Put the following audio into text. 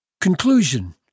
Conclusion